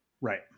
Right